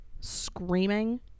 screaming